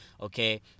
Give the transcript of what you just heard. okay